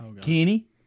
Kenny